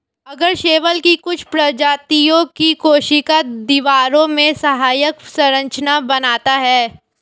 आगर शैवाल की कुछ प्रजातियों की कोशिका दीवारों में सहायक संरचना बनाता है